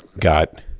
got